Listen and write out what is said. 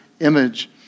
image